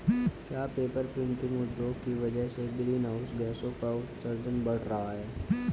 क्या paper printing उद्योग की वजह से ग्रीन हाउस गैसों का उत्सर्जन बढ़ रहा है?